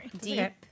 deep